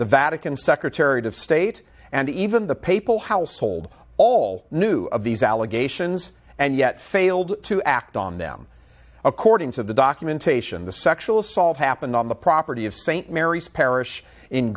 the vatican secretary of state and even the papal household all knew of these allegations and yet failed to act on them according to the documentation the sexual assault happened on the property of st mary's parish in